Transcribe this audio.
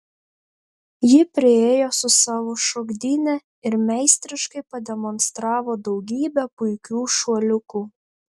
ji priėjo su savo šokdyne ir meistriškai pademonstravo daugybę puikių šuoliukų